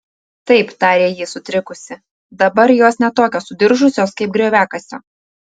taip tarė ji sutrikusi dabar jos ne tokios sudiržusios kaip grioviakasio